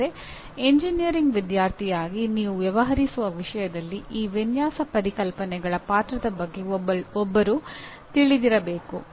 ಆದರೆ ಎಂಜಿನಿಯರಿಂಗ್ ವಿದ್ಯಾರ್ಥಿಯಾಗಿ ನೀವು ವ್ಯವಹರಿಸುವ ವಿಷಯದಲ್ಲಿ ಈ ವಿನ್ಯಾಸ ಪರಿಕಲ್ಪನೆಗಳ ಪಾತ್ರದ ಬಗ್ಗೆ ಒಬ್ಬರು ತಿಳಿದಿರಬೇಕು